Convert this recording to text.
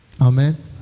Amen